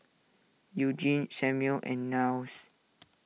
Eugenie Samual and Niles